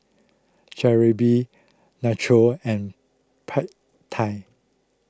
Jalebi Nachos and Pad Thai